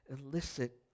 elicit